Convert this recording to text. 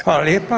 Hvala lijepa.